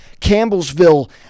Campbellsville